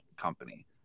company